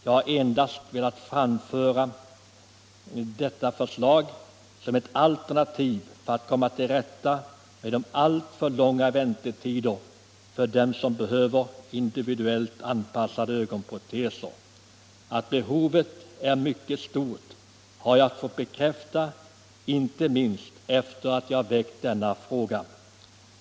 Jag har endast velat framföra detta förslag som ett alternativ för att komma till rätta med de alltför långa väntetiderna för dem som behöver individuellt anpassade ögonproteser. Att behovet är mycket stort har jag fått bekräftat inte minst efter det att jag framställde denna fråga.